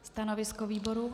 Stanovisko výboru?